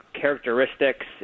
characteristics